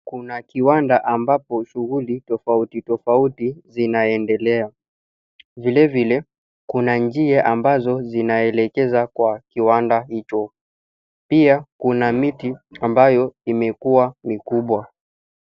Kuna kiwanda ambapo shughuli tofauti tofauti, zinaendelea. Vilevile, kuna njia ambazo zinaelekeza kwa kiwanda hicho. Pia, kuna miti ambayo imekua mikubwa.